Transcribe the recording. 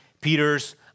Peter's